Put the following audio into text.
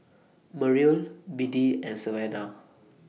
Merrill Biddie and Savanna